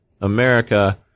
America